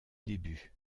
début